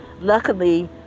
luckily